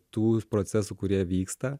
tų procesų kurie vyksta